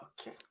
Okay